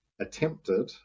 Attempted